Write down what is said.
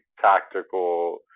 tactical